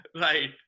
Right